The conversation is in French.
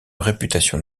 réputation